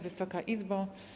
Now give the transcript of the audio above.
Wysoka Izbo!